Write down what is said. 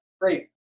great